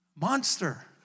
monster